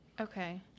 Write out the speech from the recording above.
Okay